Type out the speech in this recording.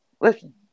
Listen